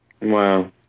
Wow